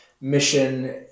mission